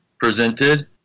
presented